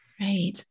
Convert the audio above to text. Right